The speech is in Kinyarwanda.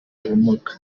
ubumuga